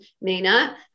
Nina